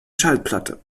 schallplatte